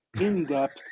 in-depth